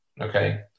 Okay